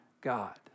God